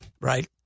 right